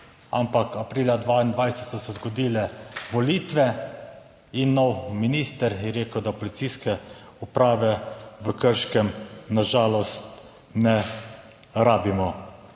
Ampak aprila 2022 so se zgodile volitve in nov minister je rekel, da policijske uprave v Krškem na žalost ne rabimo.